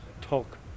talk